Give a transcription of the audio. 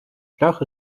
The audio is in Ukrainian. шлях